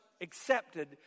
accepted